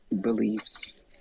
beliefs